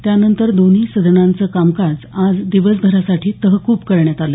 त्यानंतर दोन्ही सदनांचं कामकाज आज दिवसभरासाठी तहकूब करण्यात आलं